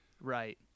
Right